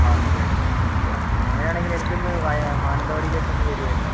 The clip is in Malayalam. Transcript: വാങ്ങും അല്ലെ ഓക്കെ അങ്ങനെ ആണെങ്കിൽ എനിക്കൊന്ന് മാനന്തവാടിയിലേക്ക് ഒന്ന് വരുമായിരുന്നോ